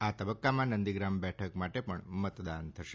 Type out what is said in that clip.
આ તબક્કામાં નંદીગ્રામ બેઠક માટે પણ મતદાન થશે